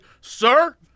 sir